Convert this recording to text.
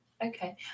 Okay